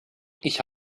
ich